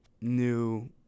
new